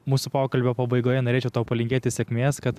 mūsų pokalbio pabaigoje norėčiau tau palinkėti sėkmės kad